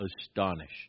astonished